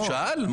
הוא שאל.